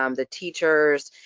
um the teachers,